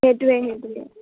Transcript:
সেইটোৱে সেইটোৱে